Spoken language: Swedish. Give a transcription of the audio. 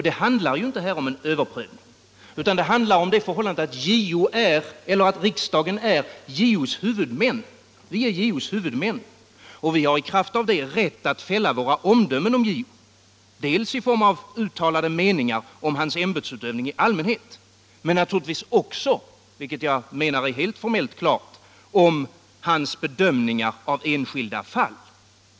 Det handlar här inte om en överprövning utan om det förhållandet att riksdagen är JO:s huvudman. Vi har i kraft därav rätt att fälla våra omdömen om JO i form av uttalade meningar om hans ämbetsutövning i allmänhet men naturligtvis också — vilket jag menar är formellt helt klart — om hans bedömningar av enskilda fall.